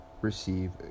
receive